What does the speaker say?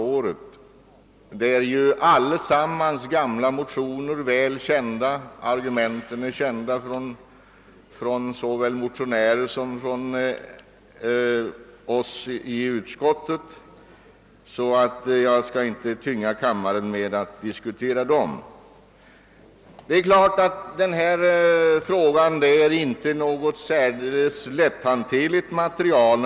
Flertalet av dem är för övrigt gamla bekanta, och argumenten från såväl motionärerna som utskottet är väl kända. Den proposition vi nu skall behandla innehåller inte något särskilt lätthanterligt material.